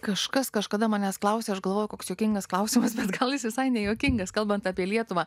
kažkas kažkada manęs klausė aš galvoju koks juokingas klausimas bet gal jis visai nejuokingas kalbant apie lietuvą